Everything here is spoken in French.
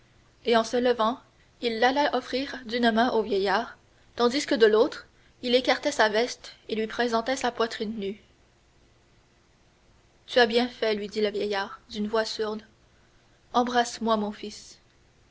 et se levant il l'alla offrir d'une main au vieillard tandis que de l'autre il écartait sa veste et lui présentait sa poitrine nue tu as bien fait lui dit le vieillard d'une voix sourde embrasse-moi mon fils